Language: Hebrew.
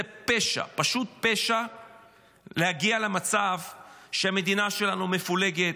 זה פשע, פשוט פשע להגיע למצב שהמדינה שלנו מפולגת,